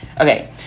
Okay